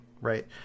right